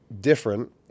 different